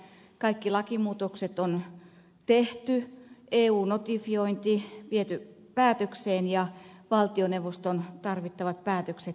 kaikki lakimuutokset on tehty eu notifiointi viety päätökseen ja valtioneuvoston tarvittavat päätökset tehty